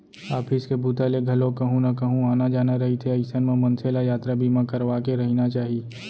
office के बूता ले घलोक कहूँ न कहूँ आना जाना रहिथे अइसन म मनसे ल यातरा बीमा करवाके रहिना चाही